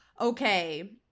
okay